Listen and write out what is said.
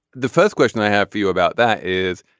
the first question i have for you about that is